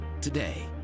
Today